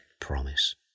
promise